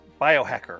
biohacker